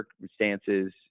circumstances